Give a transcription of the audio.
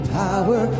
power